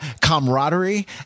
camaraderie